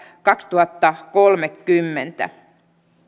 kaksituhattakolmekymmentä